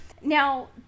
Now